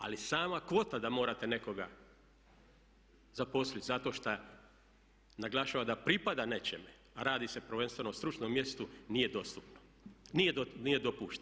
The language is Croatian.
Ali sama kvota da morate nekoga zaposliti zato što naglašava da pripada nečemu, a radi se prvenstveno o stručnom mjestu nije dopušteno.